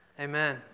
Amen